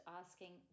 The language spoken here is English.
asking